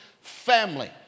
family